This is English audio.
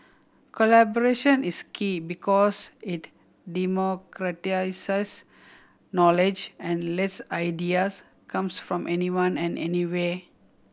collaboration is key because it democratises knowledge and lets ideas comes from anyone and anywhere